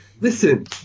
Listen